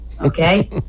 okay